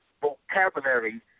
vocabulary